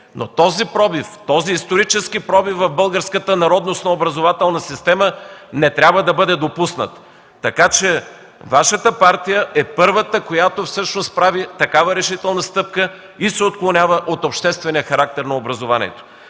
Този пробив, този исторически пробив в българската народностна образователна система не трябва да бъде допуснат! Така че Вашата партия е първата, която всъщност прави такава решителна стъпка и се отклонява от обществения характер на образованието.